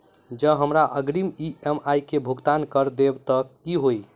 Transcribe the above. जँ हमरा अग्रिम ई.एम.आई केँ भुगतान करऽ देब तऽ कऽ होइ?